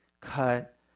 cut